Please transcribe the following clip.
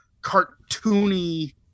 cartoony